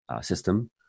system